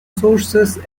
sources